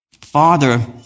Father